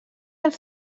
els